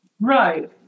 Right